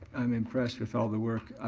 i'm impressed with all the work.